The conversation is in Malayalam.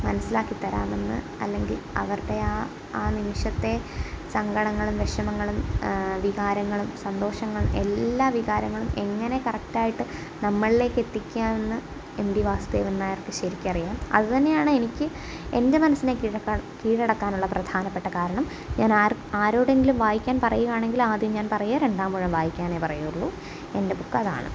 മനസ്സിലാക്കിത്തരാമെന്ന് അല്ലെങ്കിൽ അവരുടെ ആ ആ നിമിഷത്തെ സങ്കടങ്ങളും വിഷമങ്ങളും വികാരങ്ങളും സന്തോഷങ്ങളും എല്ലാ വികാരങ്ങളും എങ്ങനെ കറക്റ്റായിട്ട് നമ്മളിലേക്ക് എത്തിക്കാമെന്ന് എം ടി വാസുദേവൻ നായർക്ക് ശരിക്കറിയാം അതുതന്നെയാണ് എനിക്ക് എൻ്റെ മനസ്സിനെ കീഴ കീഴടക്കാനുള്ള പ്രധാനപ്പെട്ട കാരണം ഞാൻ ആർ ആരോടെങ്കിലും വായിക്കാൻ പറയുകയാണെങ്കിൽ ആദ്യം ഞാൻ പറയുക രണ്ടാം ഊഴം വായിക്കാനെ പറയുകയുള്ളൂ എൻ്റെ ബുക്കതാണ്